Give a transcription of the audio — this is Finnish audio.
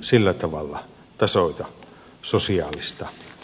sillä tavalla tasoita sosiaalista eriarvoisuutta